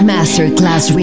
Masterclass